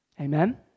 Amen